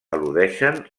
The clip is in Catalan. al·ludeixen